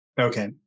Okay